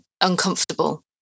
uncomfortable